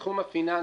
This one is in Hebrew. בתחום הפיננסי,